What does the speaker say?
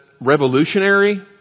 revolutionary